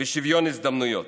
ושוויון הזדמנויות.